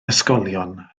ysgolion